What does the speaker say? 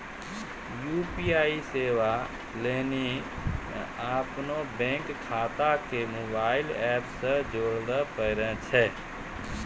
UPI सेबा लेली अपनो बैंक खाता के मोबाइल एप से जोड़े परै छै